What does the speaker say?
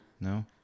No